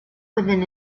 within